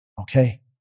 Okay